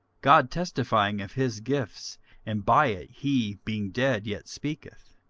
god testifying of his gifts and by it he being dead yet speaketh.